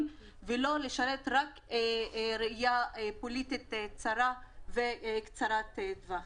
והן לא צריכות לשרת רק ראייה פוליטית צרה וקצרת טווח.